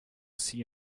see